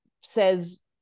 says